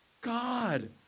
God